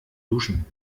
duschen